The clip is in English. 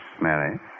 Mary